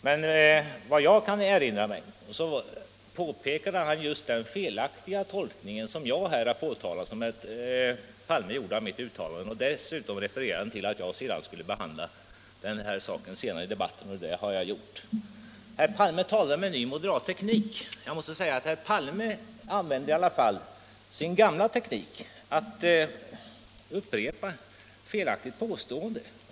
Men vad jag kan erinra mig påpekade han det felaktiga i den tolkning av mitt uttalande som herr Palme gjort och som även jag har påtalat. Dessutom hänvisade herr Bohman till att jag senare i debatten skulle behandla den här saken, och det har jag gjort. Herr Palme talade om en ny moderat debatteknik. Jag måste säga att herr Palme använde i alla fall sin gamla teknik att upprepa felaktiga påståenden.